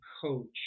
coach